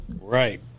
Right